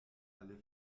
alle